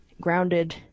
grounded